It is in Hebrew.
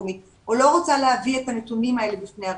המקומית או לא רוצה להביא את הנתונים האלה בפני הרשות,